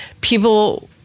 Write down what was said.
People